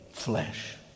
flesh